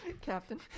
Captain